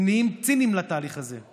הם נהיים ציניים להליך הזה.